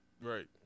Right